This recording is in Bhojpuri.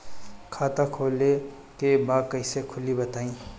खाता खोले के बा कईसे खुली बताई?